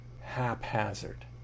haphazard